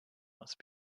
must